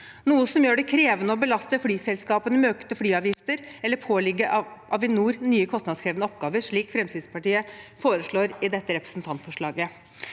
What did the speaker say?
noe som gjør det krevende å belaste flyselskapene med økte flyavgifter eller pålegge Avinor nye, kostnadskrevende oppgaver, slik Fremskrittspartiet foreslår i dette representantforslaget.